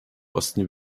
osten